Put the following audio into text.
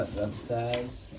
upstairs